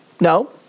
No